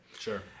Sure